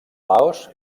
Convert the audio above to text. laos